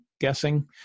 guessing